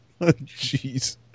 jeez